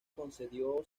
concedió